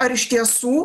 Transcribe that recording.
ar iš tiesų